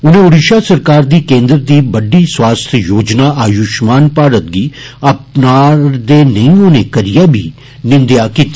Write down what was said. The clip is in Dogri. उनें ओडिषा सरकार दी केन्द्र दी बड्डी स्वास्थ्य योजना आयुश्मान भारत गी अपना रदे नेंई होने करिये बी निन्देआ कीती